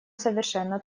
совершенно